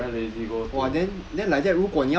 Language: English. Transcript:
so I very lazy go to